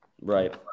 right